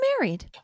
married